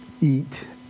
eat